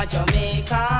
Jamaica